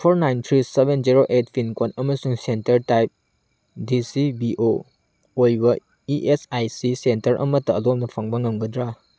four nine three seven zero eight pin code ꯑꯃꯁꯨꯡ centre ꯇꯥꯏꯚ D C B O ꯑꯣꯏꯕ E S I C centre ꯑꯃꯠꯇ ꯑꯗꯣꯝꯅ ꯐꯪꯕ ꯉꯝꯒꯗ꯭ꯔꯥ